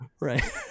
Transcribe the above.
Right